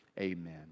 amen